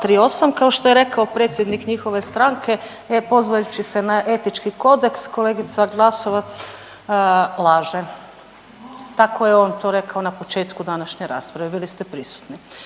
kao što je rekao predsjednik njihove stranke e pozivajući se na etički kodeks kolegica Glasovac laže, tako je on to rekao na početku današnje rasprave, bili ste prisutni.